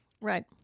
right